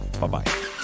Bye-bye